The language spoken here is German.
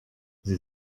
sie